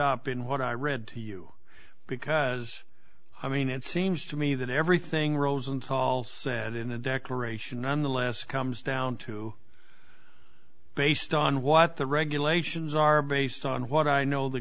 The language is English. up in what i read to you because i mean it seems to me that everything rosenthal said in the declaration and the last comes down to based on what the regulations are based on what i know the